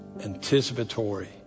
anticipatory